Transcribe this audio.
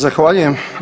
Zahvaljujem.